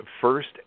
First